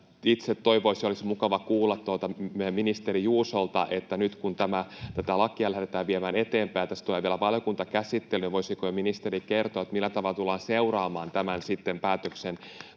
Itse toivoisin, ja olisi mukava kuulla, meidän ministeri Juusolta: nyt kun tätä lakia lähdetään viemään eteenpäin ja tässä tulee vielä valiokuntakäsittely, voisiko ministeri kertoa, millä tavalla tullaan seuraamaan sitten tämän päätöksen